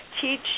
teach